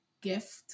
gift